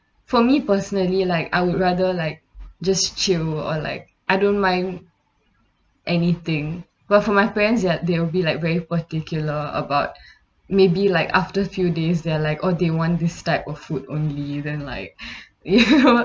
for me personally like I would rather like just chill or like I don't mind anything well for my friends ya they'll be like very particular about maybe like after few days they're like oh they want this type of food only than like you know what